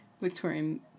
Victorian